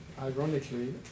Ironically